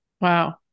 Wow